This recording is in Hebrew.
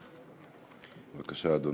בבקשה, אדוני.